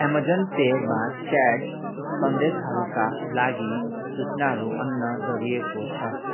Amazon पेमा chat सन्देशहरूका लागि सूचनाहरू अन् गरिएको छ